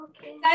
Okay